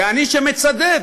ואני, שמצדד,